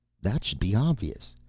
that should be obvious.